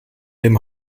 dem